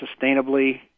sustainably